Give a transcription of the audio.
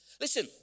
Listen